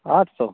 आठ सौ